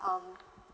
um